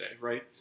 right